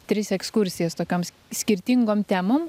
tris ekskursijas tokioms skirtingom temom